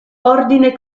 ordine